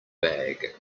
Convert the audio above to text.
bag